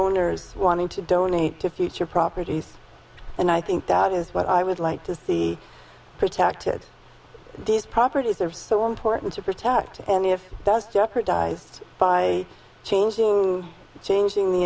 ors wanting to donate to future properties and i think that is what i would like to see protected these properties are so important to protect only if that's jeopardized by chains changing the